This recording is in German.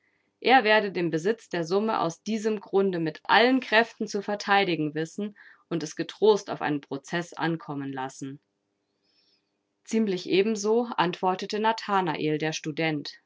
er werde den besitz der summe aus diesem grunde mit allen kräften zu verteidigen wissen und es getrost auf einen prozeß ankommen lassen ziemlich ebenso antwortete nathanael der student